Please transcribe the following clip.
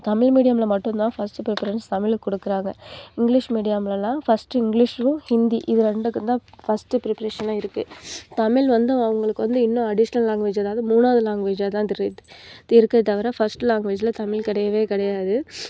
தமிழ் மீடியம்ல மட்டுந்தான் first preference தமிழுக்கு கொடுக்குறாங்க இங்கிலிஷ் மீடியம்லலாம் ஃபஸ்ட் இங்கிலிஷ்யும் ஹிந்தி இது ரெண்டுக்கும் தான் ஃபஸ்ட் பிரிப்பரேஷனாக இருக்குது தமிழ் வந்து அவங்களுக்கு வந்து இன்னும் அடிஷ்னல் லாங்வேஜ் அதாவது மூணாவது லாங்வேஜாக தான் இருக்கே தவிர ஃபஸ்ட் லாங்வேஜ்ல தமிழ் கிடையவே கிடையாது